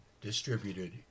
distributed